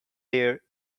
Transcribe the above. there